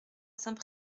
saint